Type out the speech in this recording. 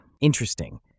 Interesting